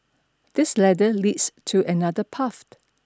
this ladder leads to another path